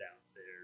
downstairs